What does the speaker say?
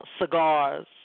Cigars